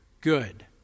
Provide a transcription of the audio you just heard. good